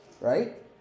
right